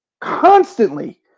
Constantly